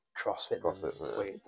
crossfit